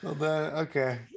Okay